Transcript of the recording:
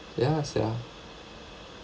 ya sia